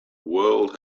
world